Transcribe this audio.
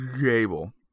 Gable